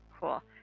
Cool